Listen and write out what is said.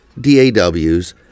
DAWs